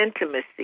intimacy